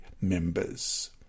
members